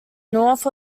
north